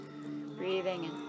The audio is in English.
Breathing